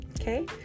okay